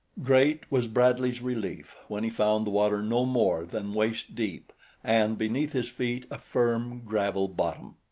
great was bradley's relief when he found the water no more than waist deep and beneath his feet a firm, gravel bottom.